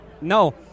No